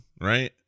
Right